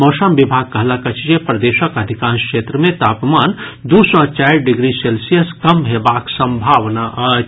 मौसम विभाग कहलक अछि जे प्रदेशक अधिकांश क्षेत्र मे तापमान दू सॅ चारि डिग्री सेल्सियस कम हेबाक संभावना अछि